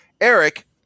Eric